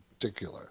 particular